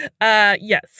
yes